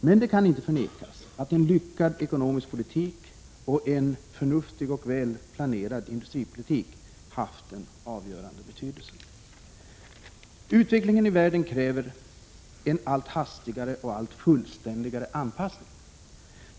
Men det kan inte förnekas att en lyckad ekonomisk politik och en förnuftig och väl planerad industripolitik har haft en avgörande betydelse. Utvecklingen i världen kräver en allt hastigare och allt fullständigare anpassning.